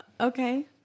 Okay